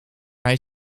hij